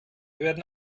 werden